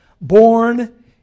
born